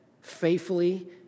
faithfully